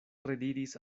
rediris